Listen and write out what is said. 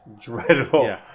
dreadful